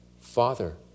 Father